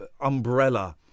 umbrella